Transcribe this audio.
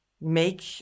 make